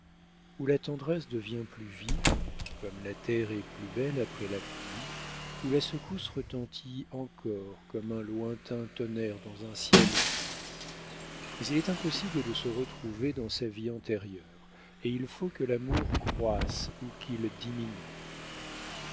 ou la tendresse devient plus vive comme la terre est plus belle après la pluie ou la secousse retentit encore comme un lointain tonnerre dans un ciel pur mais il est impossible de se retrouver dans sa vie antérieure et il faut que l'amour croisse ou qu'il diminue